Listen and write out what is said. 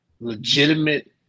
legitimate